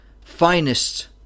finest